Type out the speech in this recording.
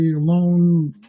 alone